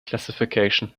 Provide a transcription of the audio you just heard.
classification